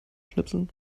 schnipseln